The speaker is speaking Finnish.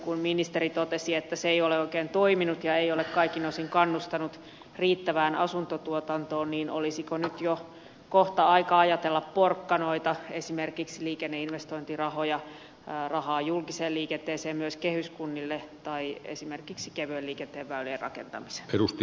kun ministeri totesi että se ei ole oikein toiminut ja ei ole kaikin osin kannustanut riittävään asuntotuotantoon olisiko nyt jo kohta aika ajatella porkkanoita esimerkiksi liikenneinvestointirahaa julkiseen liikenteeseen myös kehyskunnille tai esimerkiksi kevyen liikenteen väylien rakentamiseen